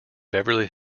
beverly